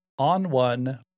OnOne